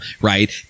right